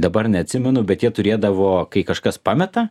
dabar neatsimenu bet jie turėdavo kai kažkas pameta